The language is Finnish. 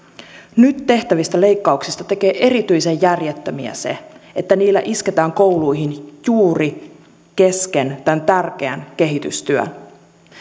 nyt tehtävistä leikkauksista tekee erityisen järjettömiä se että niillä isketään kouluihin juuri kesken tämän tärkeän kehitystyön